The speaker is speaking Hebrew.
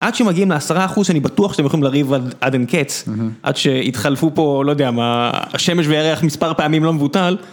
עד שמגיעים לעשרה אחוז שאני בטוח שאתם יכולים לריב עד אין קץ עד שיתחלפו פה לא יודע מה השמש והירח מספר פעמים לא מבוטל.